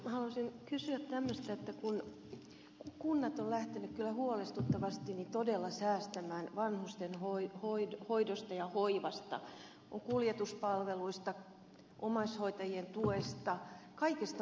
minä haluaisin kysyä tämmöistä että kun kunnat ovat lähteneet kyllä todella huolestuttavasti säästämään vanhusten hoidosta ja hoivasta kuljetuspalveluista omaishoitajien tuesta kaikesta mahdollisesta